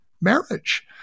marriage